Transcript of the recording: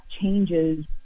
changes